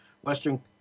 western